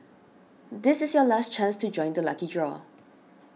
this is your last chance to join the lucky draw